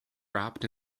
wrapped